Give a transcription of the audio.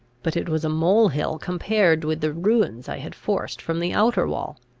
but it was a mole-hill compared with the ruins i had forced from the outer wall.